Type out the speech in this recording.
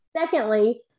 Secondly